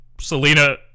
Selena